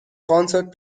concert